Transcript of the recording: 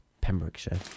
Pembrokeshire